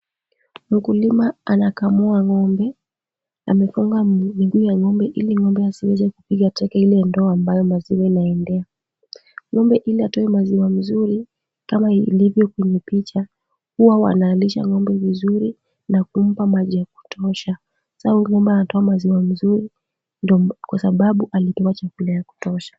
Mkulima anakamua ng’ombe na amefunga miguu ya ng’ombe ili ng’ombe asiweze kupiga teke ile ndoo ambayo maziwa inaingia. Ng’ombe ili atoe maziwa mzuri, ilivyo kwenye picha, huwa wanalisha ng’ombe vizuri na kumpa maji ya kutosha. Sasa ng’ombe huyu anatoa maziwa mazuri kwa sababu alipewa chakula ya kutosha.